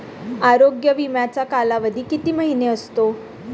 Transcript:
आरोग्य विमाचा कालावधी किती महिने असतो?